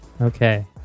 Okay